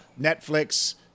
Netflix